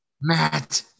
Matt